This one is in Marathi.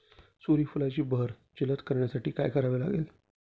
सूर्यफुलाची बहर जलद करण्यासाठी काय करावे लागेल?